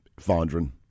Fondren